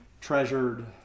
treasured